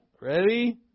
Ready